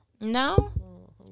No